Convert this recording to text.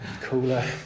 cooler